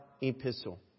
epistle